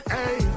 Hey